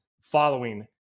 following